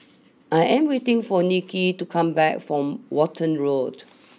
I am waiting for Nicki to come back from Walton Road